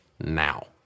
now